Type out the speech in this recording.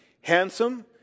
handsome